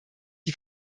die